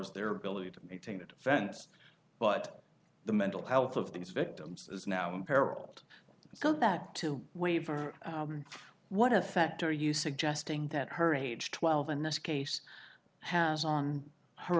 as their ability to maintain a defense but the mental health of these victims is now imperiled let's go back to waiver what effect are you suggesting that her age twelve in this case has on her